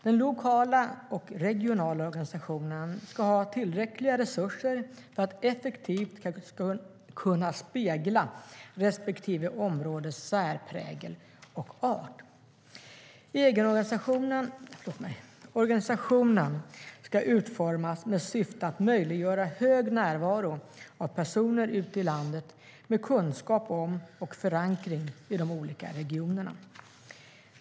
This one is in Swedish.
Den lokala och regionala organisationen ska ha tillräckliga resurser för att effektivt kunna spegla respektive områdes särprägel och egenart. Organisationen ska utformas med syfte att möjliggöra hög närvaro av personer ute i landet med kunskap om och förankring i de olika regionerna.